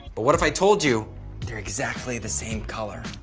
but what if i told you they're exactly the same color.